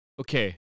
okay